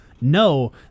No